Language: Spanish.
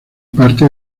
parte